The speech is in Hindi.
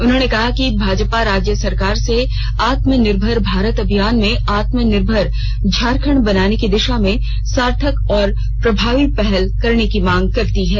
उन्होंने कहा कि भाजपा राज्य सरकार से आत्म निर्भर भारत अभियान में आत्मनिर्भर झारखंड बनाने की दिशा में सार्थक और प्रभावी पहल करने की मांग करती है